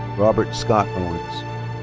robert scott owens.